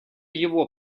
его